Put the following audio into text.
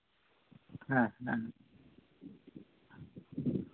ᱦᱮᱸ ᱦᱮᱸ